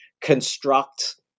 construct